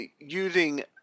using